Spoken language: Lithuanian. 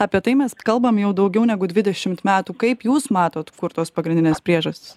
apie tai mes kalbam jau daugiau negu dvidešimt metų kaip jūs matot kur tos pagrindinės priežastys